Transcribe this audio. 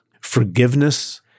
forgiveness